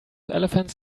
elephants